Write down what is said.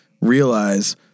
realize